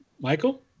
Michael